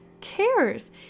cares